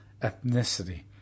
ethnicity